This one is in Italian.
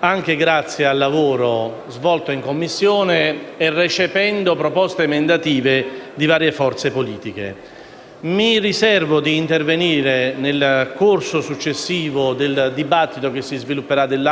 anche grazie al lavoro svolto in Commissione, recependo proposte emendative di varie forze politiche. Mi riservo di intervenire nel corso del successivo dibattito che si svilupperà in